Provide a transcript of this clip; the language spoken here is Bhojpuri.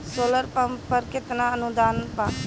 सोलर पंप पर केतना अनुदान बा?